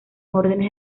órdenes